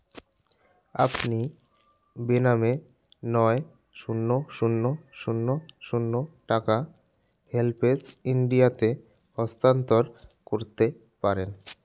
আপনি বেনামে নয় শূন্য শূন্য শূন্য শূন্য টাকা হেল্পেজ ইন্ডিয়াতে হস্তান্তর করতে পারেন